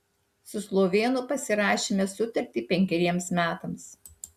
su slovėnu pasirašėme sutartį penkeriems metams